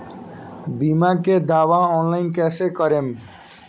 बीमा के दावा ऑनलाइन कैसे करेम?